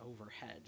overhead